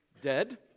dead